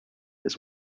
his